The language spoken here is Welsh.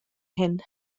hyn